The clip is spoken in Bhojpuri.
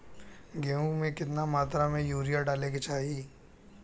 गेहूँ में केतना मात्रा में यूरिया डाले के चाही?